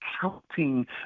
counting